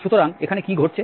সুতরাং এখানে কি ঘটছে